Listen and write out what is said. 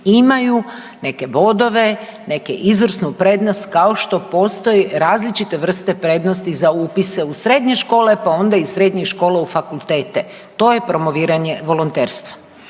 imaju neke bodove, neku izvrsnu prednost kao što postoje različite vrste prednosti za upise u srednje škole, pa onda iz srednjih škola u fakultete. To je promoviranje volonterstva.